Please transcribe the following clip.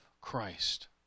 Christ